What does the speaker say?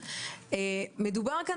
מדובר כאן